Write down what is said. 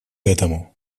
этому